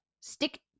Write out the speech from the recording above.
stick